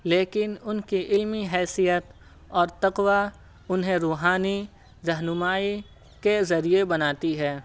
لیکن ان کی علمی حیثیت اور تقویٰ انہیں روحانی رہنمائی کے ذریعے بناتی ہے